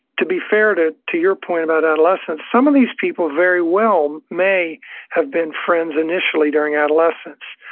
to be fair to to your point about adolescence, some of these people very well may have been friends initially during adolescence.